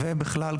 ובכלל,